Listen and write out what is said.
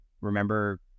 remember